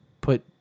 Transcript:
Put